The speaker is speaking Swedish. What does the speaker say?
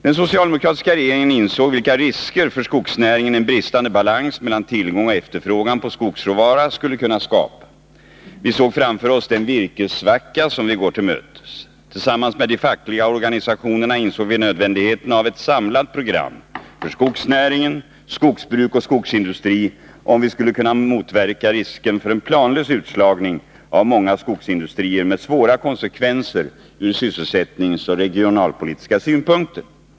Den socialdemokratiska regeringen insåg vilka risker för skogsnäringen en bristande balans mellan tillgång och efterfrågan på skogsråvara skulle kunna skapa. Vi såg framför oss den virkessvacka som vi går till mötes. Tillsammans med de fackliga organisationerna insåg vi nödvändigheten av ett samlat program för skogsnäringen, skogsbruk och skogsindustri, om vi skulle kunna motverka risken för en planlös utslagning av många skogsindustrier, med svåra konsekvenser ur sysselsättningsoch regionalpolitiska synpunkter.